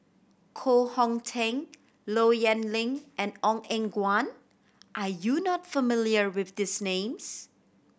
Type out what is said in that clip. Koh Hong Teng Low Yen Ling and Ong Eng Guan are you not familiar with these names